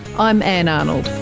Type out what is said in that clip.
i'm ann arnold